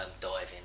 diving